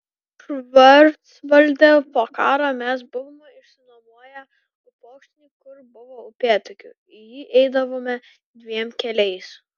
švarcvalde po karo mes buvome išsinuomoję upokšnį kur buvo upėtakių į jį eidavome dviem keliais